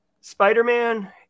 Spider-Man